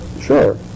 sure